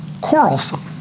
quarrelsome